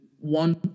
one